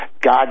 God